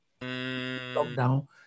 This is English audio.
Lockdown